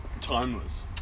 timeless